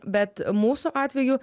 bet mūsų atveju